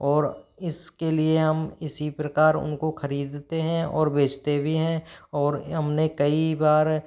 और इस के लिए हम इसी प्रकार उनको ख़रीदते हैं और बचते भी हैं और हम ने कई बार